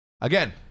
Again